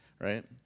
right